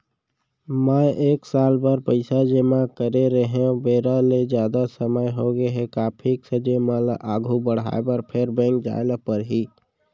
मैं एक साल बर पइसा जेमा करे रहेंव, बेरा ले जादा समय होगे हे का फिक्स जेमा ल आगू बढ़ाये बर फेर बैंक जाय ल परहि?